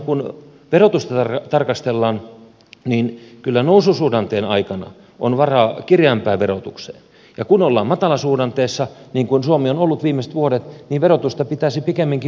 kun verotusta tarkastellaan niin kyllä noususuhdanteen aikana on varaa kireämpään verotukseen ja kun ollaan matalasuhdanteessa niin kuin suomi on ollut viimeiset vuodet niin verotusta pitäisi pikemminkin pystyä keventämään